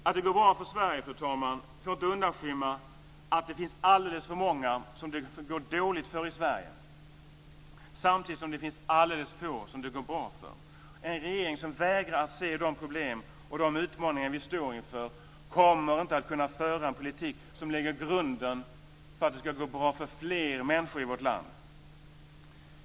Att det går bra för Sverige får inte undanskymma att det finns alldeles för många som det går dåligt för i Sverige, samtidigt som det finns alldeles för få som det går bra för. En regering som vägrar att se de problem och de utmaningar vi står inför kommer inte att kunna föra en politik som lägger grunden för att det ska gå bra för fler människor i vårt land.